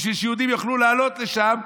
בשביל שיהודים יוכלו לעלות לשם.